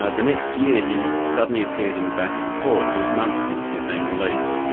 ah the next year he suddenly appeared in the back of the court. it was months since he'd been released,